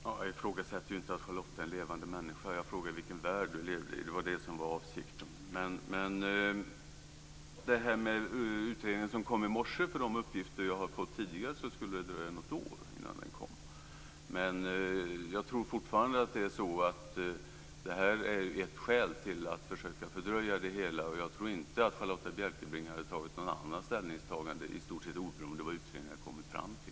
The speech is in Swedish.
Fru talman! Jag ifrågasätter ju inte om Charlotta Bjälkebring är en levande människa. Jag frågade vilken värld hon lever i. Det var det som var avsikten. Charlotta Bjälkebring sade att det kom en utredning i morse. Enligt de uppgifter som jag har fått tidigare skulle det dröja något år innan den kom. Men jag tror fortfarande att detta är ett skäl till att försöka att fördröja det hela. Jag tror inte att Charlotta Bjälkebring hade gjort något annat ställningstagande, oberoende av vad utredningen har kommit fram till.